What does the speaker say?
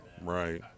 Right